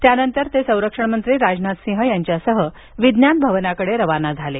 त्यानंतर ते संरक्षणमंत्री राजनाथसिंह यांच्यासह विज्ञान भवनाकडे रवाना झाले